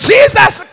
Jesus